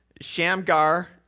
Shamgar